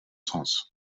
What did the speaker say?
sens